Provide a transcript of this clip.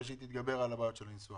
ושהיא תתגבר על בעיות הניסוח.